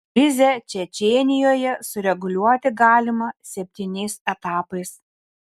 krizę čečėnijoje sureguliuoti galima septyniais etapais